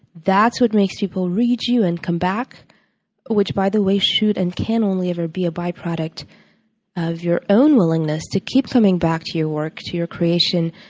that's what makes people read you and come back which, by the way, should and can only be a byproduct of your own willingness to keep coming back to your work, to your creation,